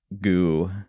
goo